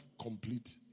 complete